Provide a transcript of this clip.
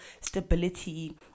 stability